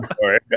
sorry